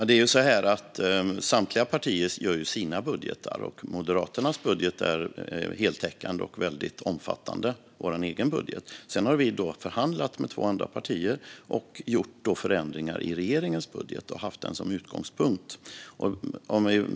Herr talman! Samtliga partier gör sina budgetar, och Moderaternas budget är heltäckande och väldigt omfattande. Sedan har vi förhandlat med två andra partier och gjort förändringar i regeringens budget och haft den som utgångspunkt.